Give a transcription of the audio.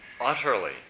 utterly